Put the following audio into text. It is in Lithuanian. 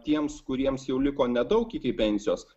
tiems kuriems jau liko nedaug iki pensijos